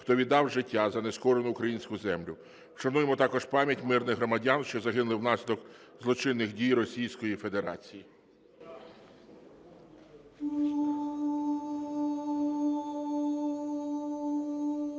хто віддав життя за нескорену українську землю. Вшануймо також пам'ять мирних громадян, що загинули внаслідок злочинних дій Російської Федерації.